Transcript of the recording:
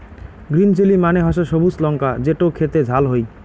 green chilli মানে হসে সবুজ লঙ্কা যেটো খেতে ঝাল হই